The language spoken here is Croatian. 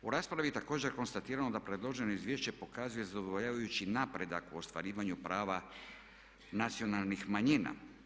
U raspravi je također konstatirano da predloženo izvješće pokazuje zadovoljavajući napredak u ostvarivanju prava nacionalnih manjina.